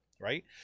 Right